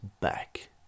back